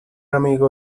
amigo